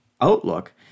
outlook